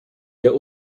der